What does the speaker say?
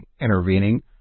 intervening